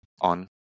on